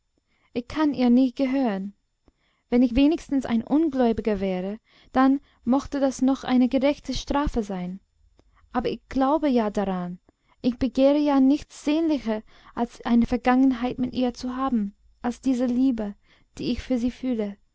ich kann ihr nie gehören wenn ich wenigstens ein ungläubiger wäre dann mochte das noch eine gerechte strafe sein aber ich glaube ja daran ich begehre ja nichts sehnlicher als eine vergangenheit mit ihr zu haben als diese liebe die ich für sie fühle